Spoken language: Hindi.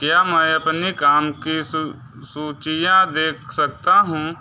क्या मैं अपनी काम की सूचियाँ देख सकता हूँ